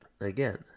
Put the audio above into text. again